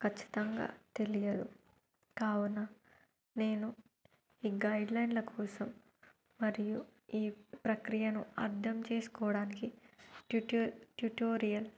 ఖచ్చితంగా తెలియదు కావున నేను ఈ గైడ్లైన్ల కోసం మరియు ఈ ప్రక్రియను అర్థం చేసుకోవడానికి ట్యుటో ట్యుటోరియల్